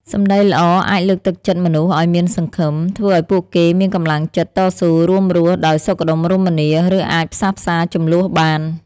សម្ដីល្អ អាចលើកទឹកចិត្តមនុស្សឱ្យមានសង្ឃឹម ធ្វើឱ្យពួកគេមានកម្លាំងចិត្ត តស៊ូ រួមរស់ដោយសុខដុមរមនា ឬអាចផ្សះផ្សាជម្លោះបាន។